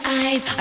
eyes